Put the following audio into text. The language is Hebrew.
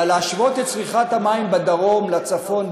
אבל להשוות את צריכת המים בדרום לצפון,